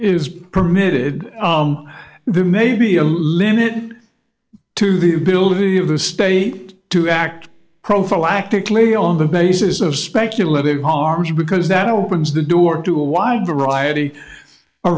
permitted there may be a limit to the ability of the state to act prophylactic lady on the basis of speculative harms because that opens the door to a wide variety a